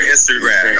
Instagram